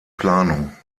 planung